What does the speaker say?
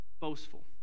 boastful